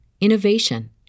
innovation